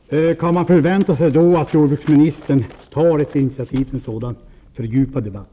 Fru talman! Kan man då förvänta sig att jordbruksministern tar initiativ till en sådan fördjupad debatt?